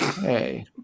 Hey